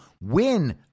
win